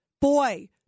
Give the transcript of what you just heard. Boy